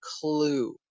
clue